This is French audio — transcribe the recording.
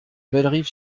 bellerive